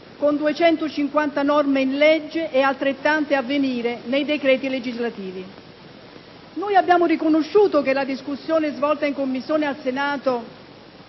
nel disegno di legge e altrettante a venire nei decreti legislativi. Noi abbiamo riconosciuto che la discussione svolta in Commissione al Senato